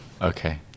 Okay